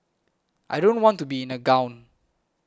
I don't want to be in a gown